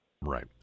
Right